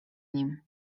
nim